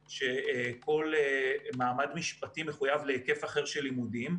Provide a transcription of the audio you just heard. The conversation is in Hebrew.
שכל מעמד משפטי מחויב להיקף אחר של לימודים,